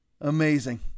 Amazing